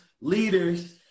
leaders